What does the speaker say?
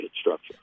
structure